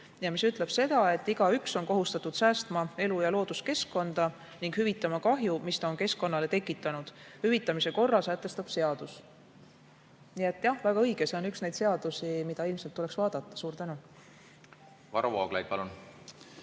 See ütleb seda, et igaüks on kohustatud säästma elu‑ ja looduskeskkonda ning hüvitama kahju, mis ta on keskkonnale tekitanud. Hüvitamise korra sätestab seadus. Nii et jah, väga õige, see on üks neid seadusi, mida ilmselt tuleks vaadata. Aitäh! Jah, see on